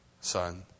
Son